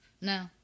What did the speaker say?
No